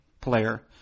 player